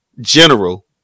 general